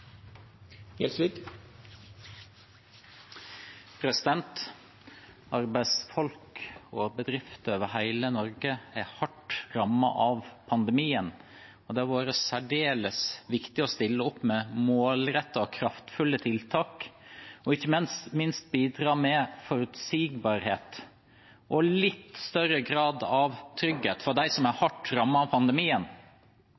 hardt rammet av pandemien, og det har vært særdeles viktig å stille opp med målrettede og kraftfulle tiltak og ikke minst bidra med forutsigbarhet og litt større grad av trygghet for dem som er